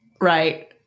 Right